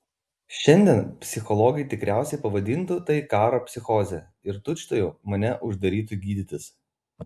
šiandien psichologai tikriausiai pavadintų tai karo psichoze ir tučtuojau mane uždarytų gydytis